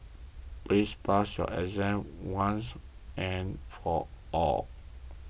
please pass your exam once and for all